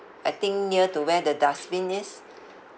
I think near to where the dustbin is